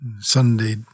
Sunday